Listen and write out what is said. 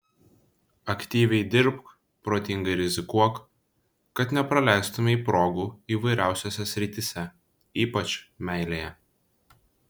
aktyviai dirbk protingai rizikuok kad nepraleistumei progų įvairiausiose srityse ypač meilėje